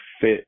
fit